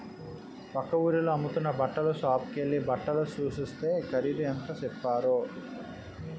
పక్క వూరిలో అమ్ముతున్న బట్టల సాపుకెల్లి బట్టలు సూస్తే ఖరీదు ఎంత సెప్పారో